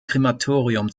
krematorium